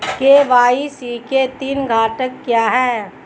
KYC के तीन घटक क्या हैं?